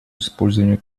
использованию